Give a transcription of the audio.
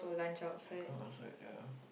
outside ya